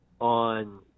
on